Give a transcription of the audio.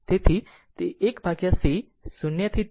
તેથી તે 1c 0 to t idt v 0